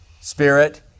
Spirit